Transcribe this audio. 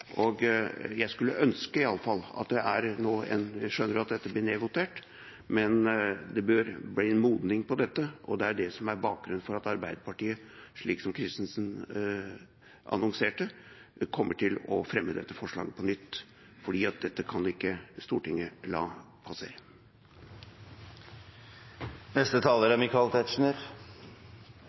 Jeg skulle ønske iallfall at – jeg skjønner at dette blir nedvotert – dette modnes, og det er det som er bakgrunnen for at Arbeiderpartiet, slik som Christensen annonserte, kommer til å fremme dette forslaget på nytt, for dette kan ikke Stortinget la passere.